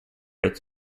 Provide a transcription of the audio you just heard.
its